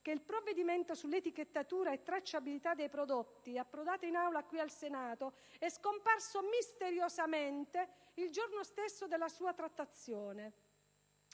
che il provvedimento su etichettatura e tracciabilità dei prodotti, approdato in Aula qui al Senato, è scomparso misteriosamente il giorno stesso della sua trattazione.